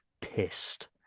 pissed